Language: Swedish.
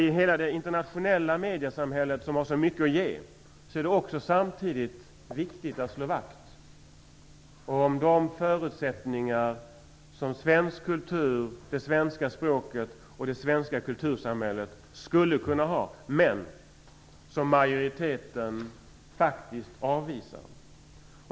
I hela det internationella mediesamhället, som har så mycket att ge, är det samtidigt viktigt att slå vakt om de förutsättningar som svensk kultur, det svenska språket och det svenska kultursamhället skulle kunna ha, men som majoriteten faktiskt avvisar.